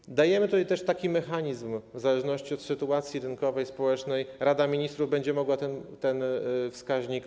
Wprowadzamy tutaj też taki mechanizm, że w zależności od sytuacji rynkowej i społecznej Rada Ministrów będzie mogła obniżyć ten wskaźnik.